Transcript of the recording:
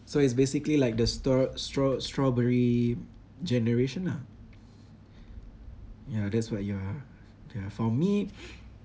so it's basically like the straw~ straw~ strawberry generation ah ya that's what you are ya for me